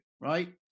Right